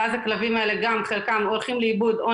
ואז הכלבים האלה גם חלקם הולכים לאיבוד או